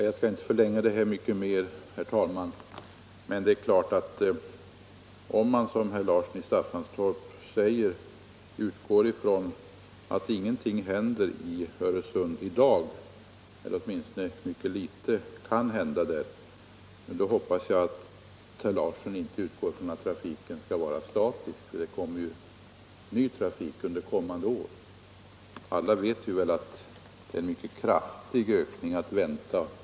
Jag skall inte förlänga debatten mycket mer, herr talman. Men om = Nr 73 man, som herr Larsson i Staffanstorp säger, utgår från att ingenting händer Måndagen den i Öresund i dag — eller åtminstone att mycket litet kan hända där — 5 maj 1975 hoppas jag att herr Larsson inte utgår ifrån att trafiken skall vara statisk. Det kommer ju ny trafik under kommande år. Alla vet vi väl att en Om en fast mycket kraftig ökning är att vänta.